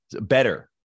better